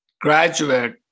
graduate